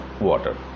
water